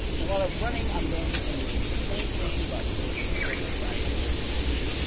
and while it's running, i'm going to do the same thing, but for the server-side rendered app.